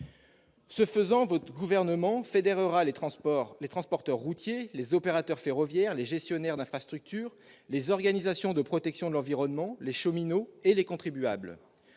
Ce faisant, le Gouvernement fédérerait les transporteurs routiers, les opérateurs ferroviaires, les gestionnaires d'infrastructures, les organisations de protection de l'environnement, les cheminots et les contribuables.